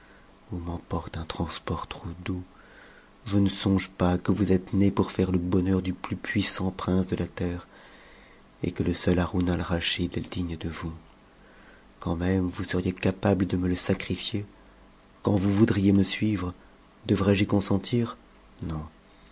m'emporte un transport trop doux je ne songe pas que vous êtes née pour faire le bonheur du plus puissant prince de la terre et que le seul haroun a raschid est digne de vous quand même vous seriez capable de me le sacrifier quand vous voudriez me suivre devrais-je y consentir non